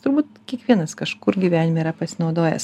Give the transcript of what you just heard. turbūt kiekvienas kažkur gyvenime yra pasinaudojęs